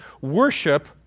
worship